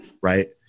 Right